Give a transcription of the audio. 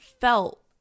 felt